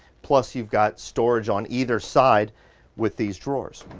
plus, you've got storage on either side with these drawers.